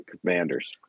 Commanders